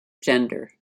gender